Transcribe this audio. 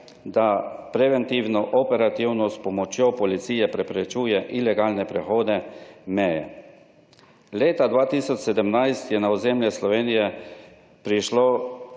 da preventivno, operativno s pomočjo policije preprečuje ilegalne prehode meje. Leta 2017 je na ozemlje Slovenije prišlo